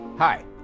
Hi